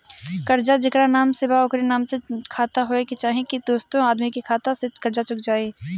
कर्जा जेकरा नाम से बा ओकरे नाम के खाता होए के चाही की दोस्रो आदमी के खाता से कर्जा चुक जाइ?